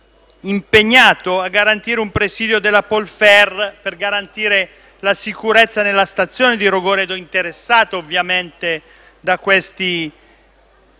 impegnato a garantire un presidio della Polfer, per garantire la sicurezza della stazione di Rogoredo, ovviamente interessata